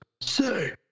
Say